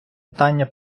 питання